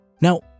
Now